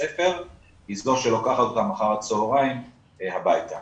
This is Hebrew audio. הספר היא זו שלוקחת אותם אחר הצהריים הביתה.